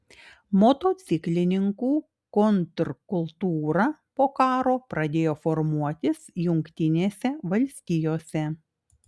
motociklininkų kontrkultūra po karo pradėjo formuotis jungtinėse valstijose